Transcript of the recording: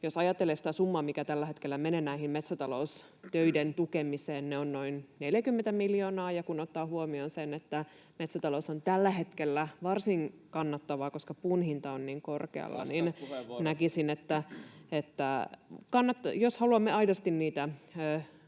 Jos ajattelee sitä summaa, mikä tällä hetkellä menee näiden metsätaloustöiden tukemiseen, se on noin 40 miljoonaa, ja kun ottaa huomioon sen, että metsätalous on tällä hetkellä varsin kannattavaa, koska puun hinta on niin korkealla, niin näkisin, että jos haluamme aidosti niitä